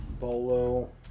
Bolo